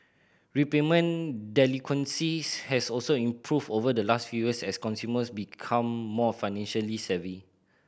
repayment delinquencies has also improved over the last few years as consumers become more financially savvy